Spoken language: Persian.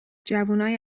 جوونای